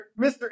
Mr